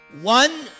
one